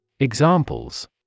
Examples